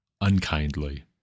unkindly